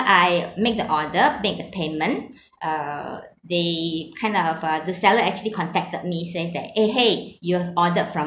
I make the order make the payment uh they kind of uh the seller actually contacted me says that eh !hey! you've ordered from